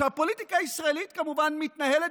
כשהפוליטיקה הישראלית כמובן מתנהלת